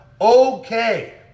Okay